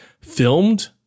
filmed